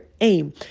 aim